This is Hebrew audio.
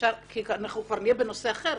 כי אנחנו כבר נהיה בנושא אחר,